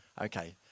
Okay